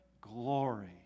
glory